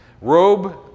robe